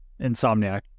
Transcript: Insomniac